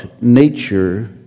nature